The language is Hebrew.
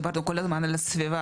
דיברנו כל הזמן על הסביבה,